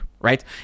Right